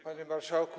Panie Marszałku!